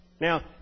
Now